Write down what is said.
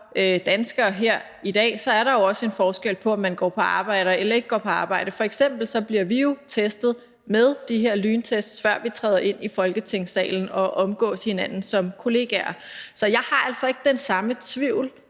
danskere her i dag, så er der jo også en forskel på, om man går på arbejde eller ikke går på arbejde. F.eks. bliver vi jo testet med de her lyntest, før vi træder ind i Folketingssalen og omgås hinanden som kollegaer. Så jeg har altså ikke den samme tvivl